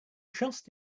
trust